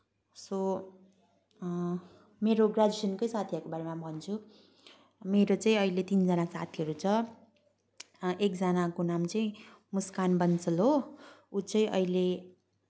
so मेरो ग्रेजुएसनकै साथीहरूको बारेमा भन्छु मेरो चाहिँ अहिले तिनजना साथीहरू छ एकजनाको नाम चाहिँ मुस्कान बन्सल हो ऊ चाहिँ अहिले